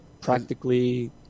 practically